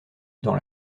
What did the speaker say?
dans